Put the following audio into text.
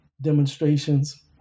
demonstrations